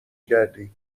گردی